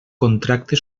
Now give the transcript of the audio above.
contracte